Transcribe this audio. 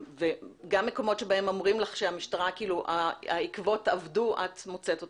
וגם במקומות שבהם אומרים לך במשטרה שהעקבות אבדו את מוצאת אותן.